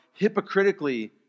hypocritically